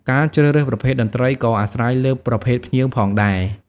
ការជ្រើសរើសប្រភេទតន្ត្រីក៏អាស្រ័យលើប្រភេទភ្ញៀវផងដែរ។